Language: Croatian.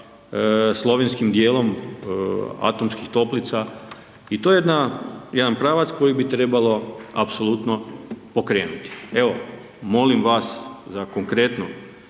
slovenskim dijelom Atomskih toplica i to jedan pravac koji bi trebalo apsolutno pokrenuti. Evo, molim vas za konkretno